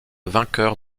vainqueur